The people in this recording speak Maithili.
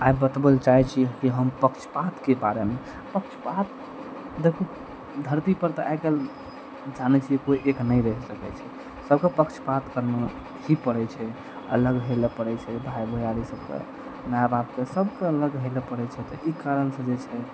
आइ बतबैलए चाहै छी की हम पक्षपातके बारेमे पक्षपात देखू धरती पर तऽ आइकाल्हि जानै छियै कोइ एक नहि रहि सकैत छै सबके पक्षपात करना ही पड़ै छै अलग होइलए पड़ै छै भाय भैयारी सबके माए बापके तऽ सबके अलग होइ लए पड़ै छै तऽ ई कारणसे जे छै